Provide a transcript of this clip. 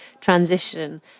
transition